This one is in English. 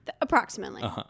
Approximately